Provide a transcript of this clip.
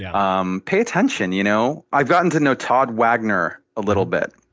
um pay attention. you know i've gotten to know todd wagner a little bit.